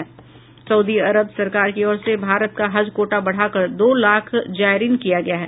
Saudi Arab सरकार की ओर से भारत का हज कोटा बढ़ाकर दो लाख जायरीन किया गया है